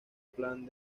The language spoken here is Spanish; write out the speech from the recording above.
plan